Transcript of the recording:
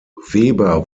weber